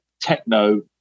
techno